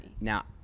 Now